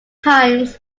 times